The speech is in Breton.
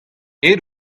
aet